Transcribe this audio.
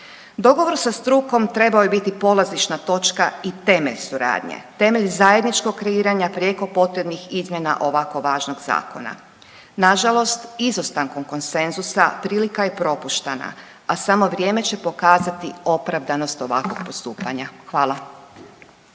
dogovor sa strukom trebao je biti polazišna točka i temelj takve suradnje, temelj zajedničkog kreiranja prijeko potrebnih izmjena ovako važnog zakona. Izostankom konsenzusa prilika je propuštena, a vrijeme će pokazati opravdanost ovakvog postupanja. Klub